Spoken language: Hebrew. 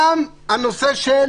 גם הנושא של